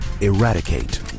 Eradicate